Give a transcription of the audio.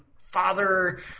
father